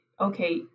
okay